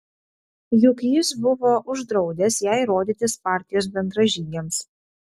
juk jis buvo uždraudęs jai rodytis partijos bendražygiams